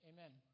Amen